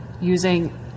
using